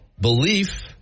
belief